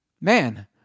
man